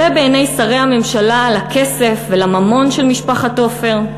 בעיני שרי הממשלה לכסף ולממון של משפחת עופר?